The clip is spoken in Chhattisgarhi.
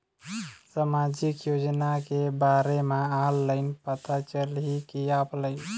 सामाजिक योजना के बारे मा ऑनलाइन पता चलही की ऑफलाइन?